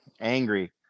Angry